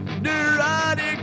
Neurotic